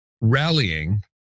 rallying